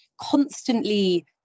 constantly